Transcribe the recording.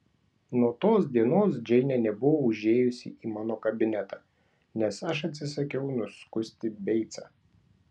nuo tos dienos džeinė nebuvo užėjusi į mano kabinetą nes aš atsisakiau nuskusti beicą